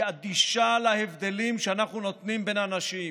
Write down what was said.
שהיא אדישה להבדלים שאנחנו נותנים בין אנשים.